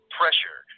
pressure